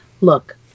Look